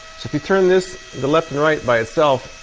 if you turn this, the left and right by itself,